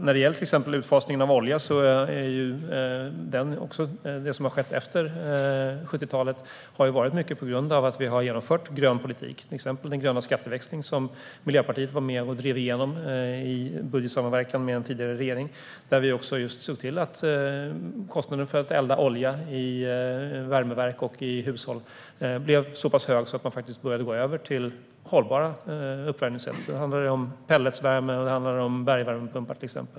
När det gäller till exempel utfasningen av olja har mycket av det som skett efter 1970-talet handlat om att vi har genomfört grön politik, till exempel den gröna skatteväxling som Miljöpartiet var med och drev igenom i budgetsamverkan med en tidigare regering. Där såg vi till att kostnaden för att elda olja i värmeverk och i hushåll blev så hög att man faktiskt började gå över till hållbara uppvärmningssätt, till exempel pelletsvärme eller bergvärmepumpar.